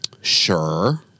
Sure